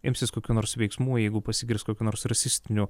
imsis kokių nors veiksmų jeigu pasigirs kokių nors rasistinių